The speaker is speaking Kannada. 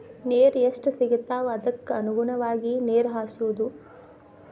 ನೇರ ಎಷ್ಟ ಸಿಗತಾವ ಅದಕ್ಕ ಅನುಗುಣವಾಗಿ ನೇರ ಹಾಸುದು